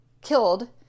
killed